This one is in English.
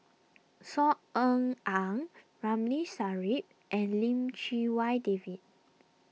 Saw Ean Ang Ramli Sarip and Lim Chee Wai David